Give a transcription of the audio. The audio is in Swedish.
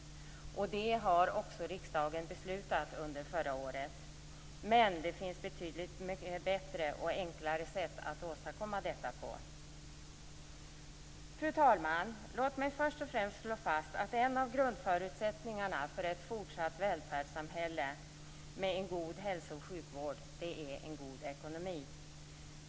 Och det har också riksdagen beslutat under förra året. Men det finns betydligt bättre och enklare sätt att åstadkomma detta på. Fru talman! Låt mig först och främst slå fast att en av grundförutsättningarna för ett fortsatt välfärdssamhälle med en god hälso och sjukvård är en god ekonomi.